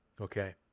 Okay